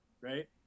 right